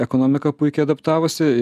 ekonomika puikiai adaptavosi